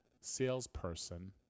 salesperson